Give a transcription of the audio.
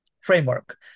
framework